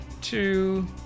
two